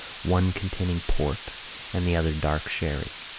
one containing port and the other dark sherry.